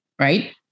right